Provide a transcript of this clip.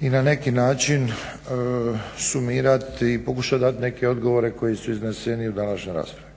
i na neki način sumirati i pokušati dat neke odgovore koji su izneseni u današnjoj raspravi.